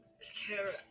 Sarah